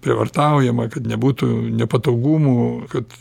prievartaujama kad nebūtų nepatogumų kad